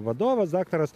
vadovas daktaras